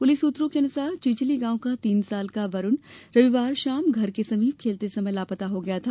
police सूत्रों के अनुसार चीचली गांव का तीन साल का वरुण रविवार शाम घर के समीप खेलते समय लापता हो गया था